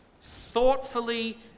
Thoughtfully